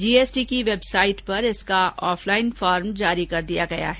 GST की website पर इसका ऑफलाइन फार्म जारी कर दिया गया है